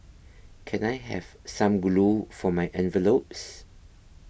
can I have some glue for my envelopes